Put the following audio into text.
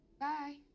bye